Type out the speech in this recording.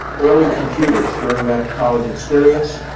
early computers during that college experience.